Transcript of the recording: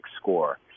score